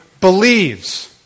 believes